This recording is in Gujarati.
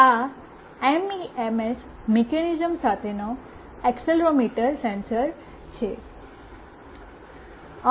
આ એમઇએમએસ મિકેનિઝમ સાથેનો એક્સીલેરોમીટર સેન્સર છે